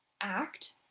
act